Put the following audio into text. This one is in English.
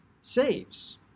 saves